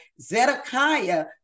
Zedekiah